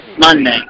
Monday